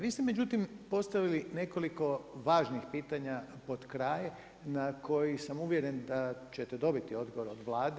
Vi ste međutim postavili nekoliko važnih pitanja pod kraj na koji sam uvjeren da ćete dobiti odgovor od Vlade.